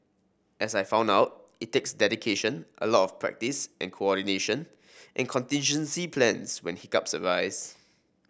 as I found out it takes dedication a lot of practice and coordination and contingency plans when hiccups arise